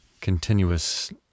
continuous